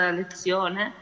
lezione